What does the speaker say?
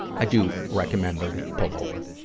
i do recommend though that you pull over.